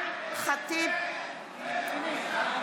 נגד ווליד טאהא,